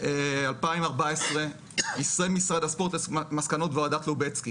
2014 יישם משרד הספורט את מסקנות ועדת לובצקי.